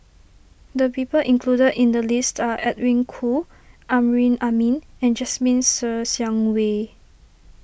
the people included in the list are Edwin Koo Amrin Amin and Jasmine Ser Xiang Wei